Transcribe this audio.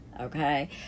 okay